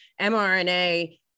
mRNA